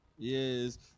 yes